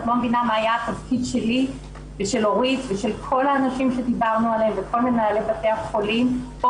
איזושהי השתתפות מסוימת כללית של בית החולים, או